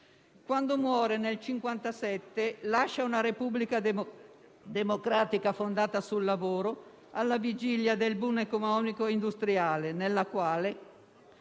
Quando muore, nel 1957, lascia una Repubblica democratica fondata sul lavoro alla vigilia del *boom* economico e industriale nella quale,